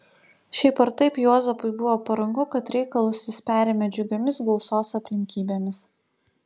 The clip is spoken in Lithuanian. šiaip ar taip juozapui buvo paranku kad reikalus jis perėmė džiugiomis gausos aplinkybėmis